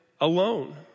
alone